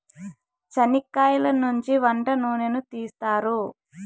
చనిక్కయలనుంచి వంట నూనెను తీస్తారు